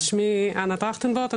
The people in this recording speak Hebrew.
אז שמי אנה טרכטנברוט,